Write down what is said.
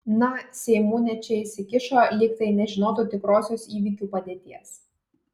na seimūnė čia įsikišo lyg tai nežinotų tikrosios įvykių padėties